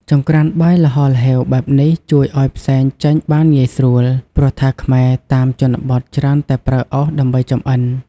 ចង្ក្រានបាយល្ហល្ហេវបែបនេះជួយឱ្យផ្សែងចេញបានងាយស្រួល ព្រោះថាខ្មែរតាមជនបទច្រើនតែប្រើអុសដើម្បីចម្អិន។